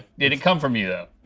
did it come from you though?